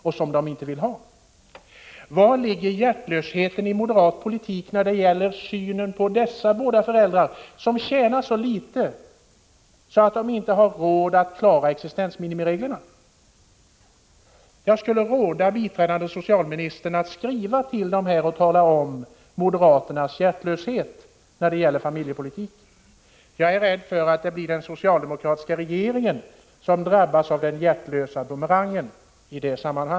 och som de inte vill ha? Var ligger hjärtlösheten i den moderata politiken när det gäller synen på dessa båda föräldrar, som tjänar så litet att de inte klarar existensminimireglerna? Jag skulle råda biträdande socialministern att skriva till dessa människor och tala om moderaternas hjärtlöshet när det gäller familjepolitiken. Jag är rädd för att det blir den socialdemokratiska regeringen som drabbas av den hjärtlösa bumerangen då.